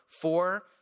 four